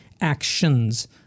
actions